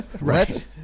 right